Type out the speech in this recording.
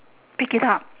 pick it up